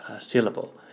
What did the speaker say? syllable